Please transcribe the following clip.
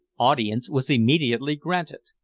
audience was immediately granted.